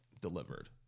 delivered